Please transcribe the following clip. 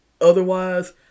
Otherwise